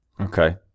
Okay